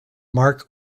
mark